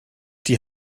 die